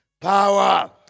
power